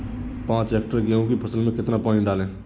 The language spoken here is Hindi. पाँच हेक्टेयर गेहूँ की फसल में कितना पानी डालें?